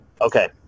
Okay